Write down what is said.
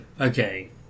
Okay